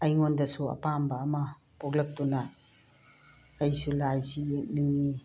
ꯑꯩꯉꯣꯟꯗꯁꯨ ꯑꯄꯥꯝꯕ ꯑꯃ ꯄꯣꯛꯂꯛꯇꯨꯅ ꯑꯩꯁꯨ ꯂꯥꯏꯁꯤ ꯌꯦꯛꯅꯤꯡꯉꯤ